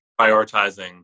Prioritizing